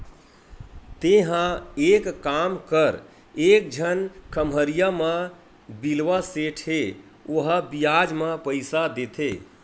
तेंहा एक काम कर एक झन खम्हरिया म बिलवा सेठ हे ओहा बियाज म पइसा देथे